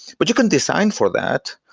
but you can design for that.